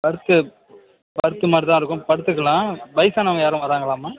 பர்த்து berth மாதிரிதான் இருக்கும் படுத்துக்கலாம் வயசானவங்க யாரும் வராங்களாம்மா